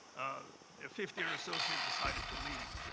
a fifth-year associate decided to leave.